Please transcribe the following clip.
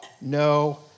no